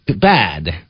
bad